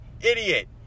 idiot